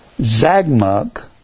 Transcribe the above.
Zagmuk